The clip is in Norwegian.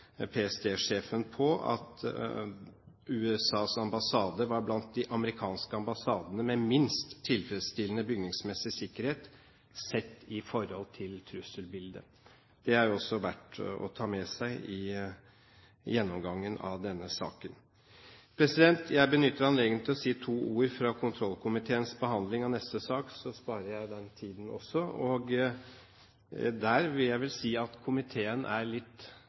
at USAs ambassade i Oslo «var blant de amerikanske ambassadene med minst tilfredsstillende bygningsmessig sikkerhet, sett i forhold til trusselbildet». Det er jo også verdt å ta med seg i gjennomgangen av denne saken. Jeg benytter anledningen til å si to ord fra kontrollkomiteens behandling av neste sak, så sparer jeg den tiden også. Der vil jeg vel si at komiteen er litt